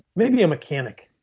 maybe a mechanic.